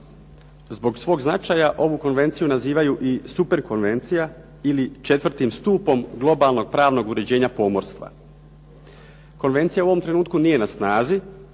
Zbog svoga značaja, ovu konvenciju nazivaju i super konvencija ili 4. stupnjem globalnog pravnog uređenja pomorstva. Konvencija u ovom trenutku nije na snazi.